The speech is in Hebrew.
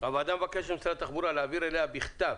הוועדה מבקשת ממשרד התחבורה להעביר אליה בכתב